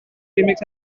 remix